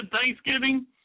Thanksgiving